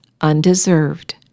undeserved